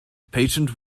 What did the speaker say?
patient